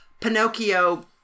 Pinocchio